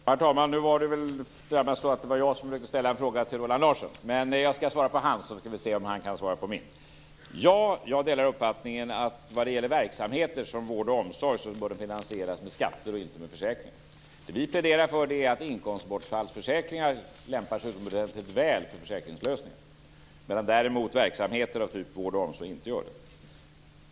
Herr talman! Det var väl närmast jag som försökte att ställa en fråga till Roland Larsson. Men jag skall svara på hans fråga så får vi se om han kan svara på min. Ja, jag delar uppfattningen att verksamheter som vård och omsorg bör finansieras med skatter och inte med försäkringar. Det som vi pläderar för är att inkomstbortfallsförsäkringar lämpar sig utomordentligt väl för försäkringslösningar medan däremot verksamheter som vård och omsorg inte gör det.